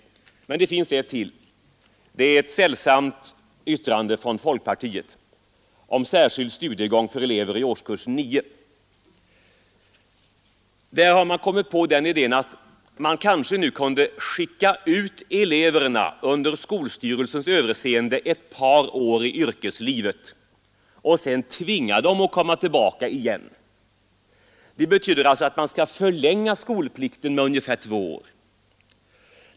Men det finns ett till: ett sällsamt yttrande från folkpartiet om särskild studiegång för elever i årskurs 9. Man har kommit på den idén att man kanske, under skolstyrelsens överinseende, kunde skicka ut eleverna ett par år i yrkeslivet och sedan tvinga dem att komma tillbaka. Det betyder alltså att man skall förlänga skolplikten med ungefär två år.